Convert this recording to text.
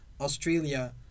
australia